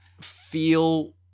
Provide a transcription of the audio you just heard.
feel